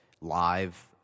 live